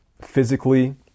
physically